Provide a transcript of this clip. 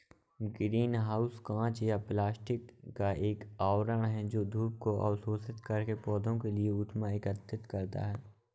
green house कांच या plastic का एक आवरण है जो धूप को अवशोषित करके पौधों के लिए ऊष्मा एकत्रित करता है